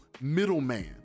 middleman